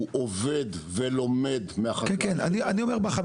הוא עובד ולומד מהחקלאי שלו.